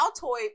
Altoid